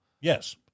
Yes